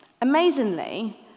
Amazingly